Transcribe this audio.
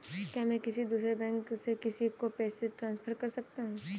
क्या मैं किसी दूसरे बैंक से किसी को पैसे ट्रांसफर कर सकता हूँ?